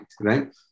right